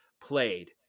Played